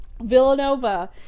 villanova